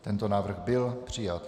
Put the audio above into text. Tento návrh byl přijat.